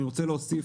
אני רוצה להוסיף,